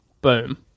Boom